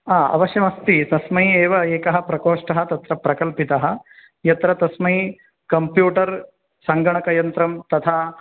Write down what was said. ह अवश्यम् अस्ति तस्मै एव एकः प्रकोष्ठः तत्र प्रकल्पितः यत्र तस्मै कम्प्यूटर सङ्गणकयन्त्रं तथा